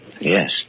Yes